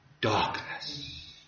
darkness